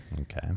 Okay